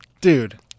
Dude